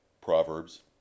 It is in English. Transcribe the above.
Proverbs